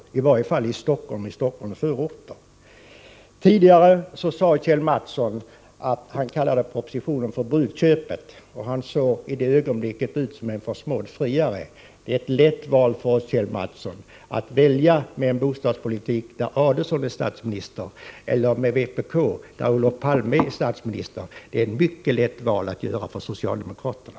Så är det i varje fall i Stockholm och Stockholms förorter. Tidigare kallade Kjell Mattsson propositionen för brudköpet. Han såg i det ögonblicket ut som en försmådd friare. Det är lätt för oss, Kjell Mattsson, att välja mellan en bostadspolitik, där Ulf Adelsohn är statsminister, och en bostadspolitik med vpk, där Olof Palme är statsminister. Det är ett mycket lätt val för socialdemokraterna.